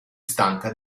stanca